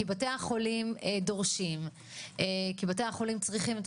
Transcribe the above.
כי בתי החולים דורשים כי בתי החולים צריכים את